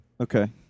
Okay